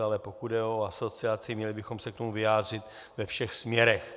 Ale pokud jde o asociaci, měli bychom se k tomu vyjádřit ve všech směrech.